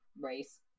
race